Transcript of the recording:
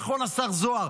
נכון, השר זוהר?